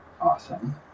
awesome